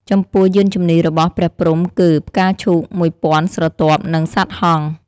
ចំពោះយានជំនះរបស់ព្រះព្រហ្ម គឺ៖ ផ្កាឈូក១,០០០ស្រទាប់ និងសត្វហង្ស ។